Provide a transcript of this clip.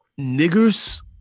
niggers